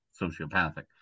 sociopathic